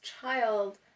child